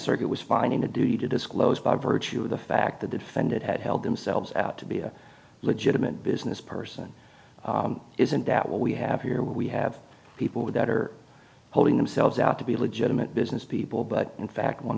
circuit was finding a duty to disclose by virtue of the fact that the defendant had held themselves to be a legitimate business person isn't that what we have here we have people that are holding themselves out to be legitimate business people but in fact one